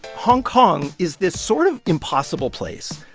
hong kong is this sort of impossible place.